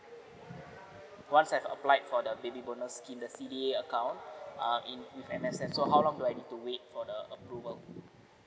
once I've applied for the baby bonus scheme the C_D_A account uh in with and as as so how long do I need to wait for the approval